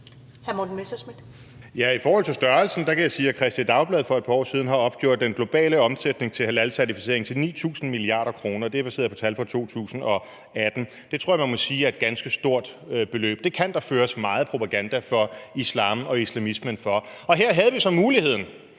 I forhold til størrelsen kan jeg sige. at Kristeligt Dagblad for et par år siden har opgjort den globale omsætning til halalcertificering til 9.000 mia. kr., og det er baseret på tal fra 2018. Det tror jeg man må sige er et ganske stort beløb, og det kan der føres meget propaganda for islam og islamismen for, og her havde vi så muligheden